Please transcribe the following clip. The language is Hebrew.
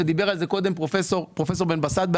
ודיבר על זה קודם באריכות פרופ' בן בסט.